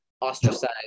ostracized